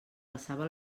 passava